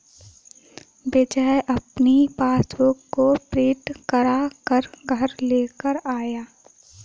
विजय अपनी पासबुक को प्रिंट करा कर घर लेकर आया है